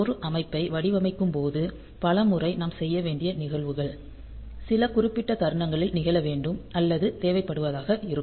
ஒரு அமைப்பை வடிவமைக்கும்போது பல முறை நாம் செய்ய வேண்டிய நிகழ்வுகள் சில குறிப்பிட்ட தருணங்களில் நிகழ வேண்டும் அல்லது தேவைப்படுவதாக இருக்கும்